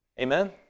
Amen